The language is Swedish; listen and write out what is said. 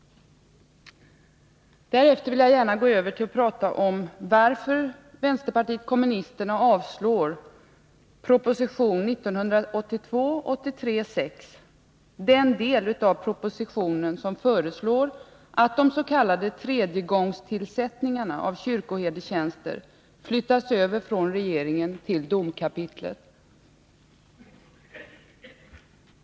Därefter vill jag gärna gå över till att tala om varför vänsterpartiet kommunisterna yrkar avslag på utskottets hemställan med anledning av proposition 1982/83:6 när det gäller den del av propositionen i vilken föreslås att de s.k. tredjegångstillsättningarna av kyrkoherdetjänster flyttas över från regeringen till domkapitlet.